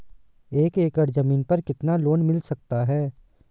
एक एकड़ जमीन पर कितना लोन मिल सकता है?